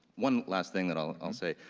one last thing that i'll say,